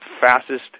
fastest